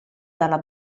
dalla